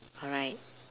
alright